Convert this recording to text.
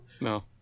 no